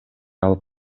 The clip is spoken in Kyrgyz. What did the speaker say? алып